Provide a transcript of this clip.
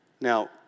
Now